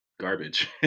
garbage